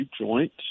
joint